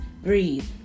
breathe